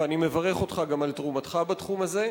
ואני מברך אותך גם על תרומתך בתחום הזה.